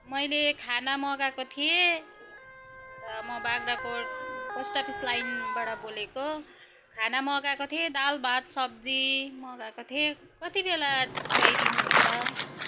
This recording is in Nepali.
मैले खाना मगाएको थिएँ त म बाग्राकोट पोस्टअफिस लाइनबाट बोलेको खाना मगाएको थिएँ दालभात सब्जी मगाएको थिएँ कति बेला ल्याइदिनु हुन्छ